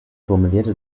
formulierte